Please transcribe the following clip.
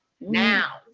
now